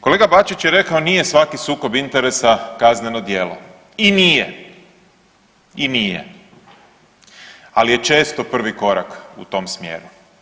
Kolega Bačić je rekao nije svaki sukob interesa kazneno djelo, i nije, i nije, ali je često prvi korak u tom smjeru.